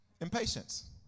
Impatience